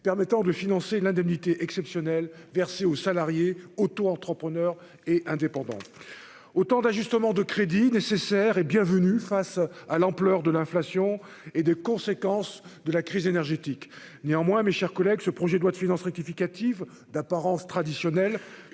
permettant de financer l'indemnité exceptionnelle versée aux salariés, autoentrepreneurs et indépendants. Ce sont autant d'ajustements de crédits nécessaires et bienvenus face à l'ampleur de l'inflation et aux conséquences de la crise énergétique. Néanmoins, mes chers collègues, ce projet de loi de finances rectificative, d'apparence traditionnelle,